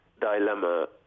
dilemma